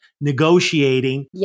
negotiating